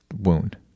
wound